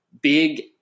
big